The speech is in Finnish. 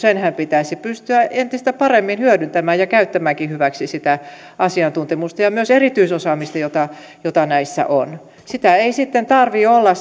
uudistuksessa pitäisi pystyä entistä paremmin hyödyntämään ja käyttämäänkin hyväksi sitä asiantuntemusta ja myös erityisosaamista jota jota näissä on sitä ei sitten tarvitse olla